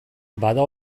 bada